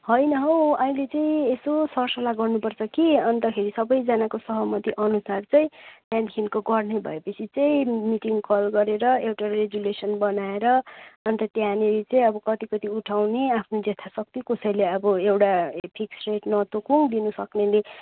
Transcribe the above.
होइन हौ अहिले चाहिँ यसो सरसल्लाह गर्नु पर्छ कि अन्तखेरि सबैजनाको सहमति अनुसार चाहिँ त्यहाँदेखिको गर्ने भएपछि चाहिँ मिटिङ कल गरेर एउटा रेजुलेसन बनाएर अन्त त्याँनिर चाहिँ अब कति कति उठाउने आफ्नो जेथाशक्ति कसैले अबो एउटा फिक्स रेट नतोकौँ दिनुसक्नेले